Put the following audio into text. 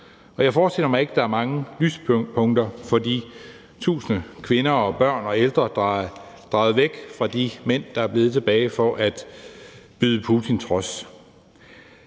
jeg forestiller mig ikke, at der er mange lyspunkter for de tusinder af kvinder, børn og ældre, der er draget væk fra de mænd, der er blevet tilbage for at byde Putins trods.